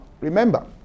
remember